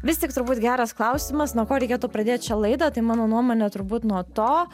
vis tik turbūt geras klausimas nuo ko reikėtų pradėt šią laidą tai mano nuomone turbūt nuo to